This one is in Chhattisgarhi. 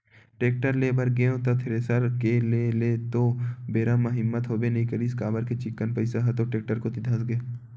टेक्टर ले बर गेंव त थेरेसर के लेय के तो ओ बेरा म हिम्मत होबे नइ करिस काबर के चिक्कन पइसा ह तो टेक्टर कोती धसगे